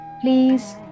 please